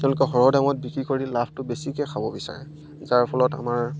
তেওঁলোকে সৰহ দামত বিক্ৰী কৰি লাভটো বেছিকৈ খাব বিচাৰে যাৰ ফলত আমাৰ